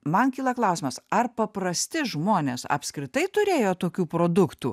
man kyla klausimas ar paprasti žmonės apskritai turėjo tokių produktų